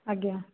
ଆଜ୍ଞା